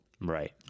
Right